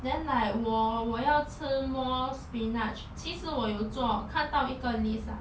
then like 我我要吃 more spinach 其实我有做看到一个 list lah